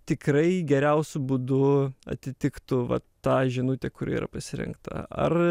tikrai geriausiu būdu atitiktų va tą žinutę kuri yra pasirinkta ar